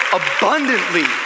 abundantly